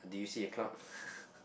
do you see a cloud